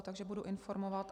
Takže budu informovat.